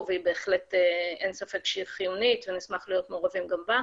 והיא בהחלט חיונית ונשמח להיות מעורבים גם בה.